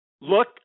look